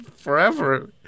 forever